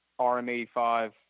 rm85